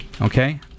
Okay